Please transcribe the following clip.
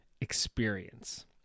experience